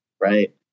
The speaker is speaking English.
right